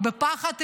בפחד אלוהים.